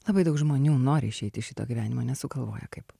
labai daug žmonių nori išeit iš šito gyvenimo nesugalvoja kaip